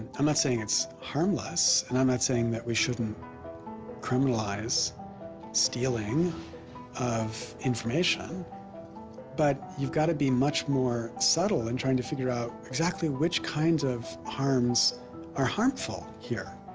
i'm not saying it's harmless and i'm not saying that we shouldn't criminalise stealing of information but you gotta be much more subtle in trying to figure out exactly which kind of harms are harmful here